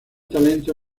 talento